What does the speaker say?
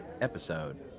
episode